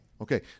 Okay